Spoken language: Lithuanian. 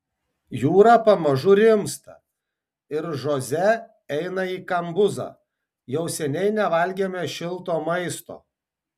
jūra pamažu rimsta ir žoze eina į kambuzą jau seniai nevalgėme šilto maisto